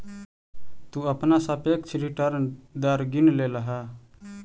तु अपना सापेक्ष रिटर्न दर गिन लेलह